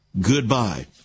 Goodbye